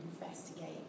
investigate